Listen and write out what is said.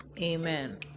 Amen